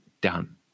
done